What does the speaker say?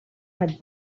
had